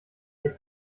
sich